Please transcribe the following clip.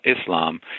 Islam